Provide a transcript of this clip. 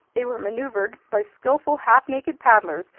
they were maneuvered by skillful, half-naked paddlers,